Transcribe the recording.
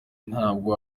ntabwo